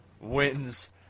wins